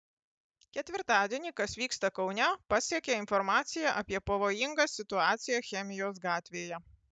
ketvirtadienį kas vyksta kaune pasiekė informacija apie pavojingą situaciją chemijos gatvėje